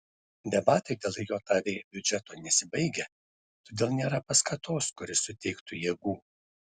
debatai dėl jav biudžeto nesibaigia todėl nėra paskatos kuri suteiktų jėgų